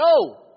No